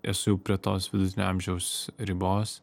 esu jau prie tos vidutinio amžiaus ribos